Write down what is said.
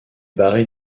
barré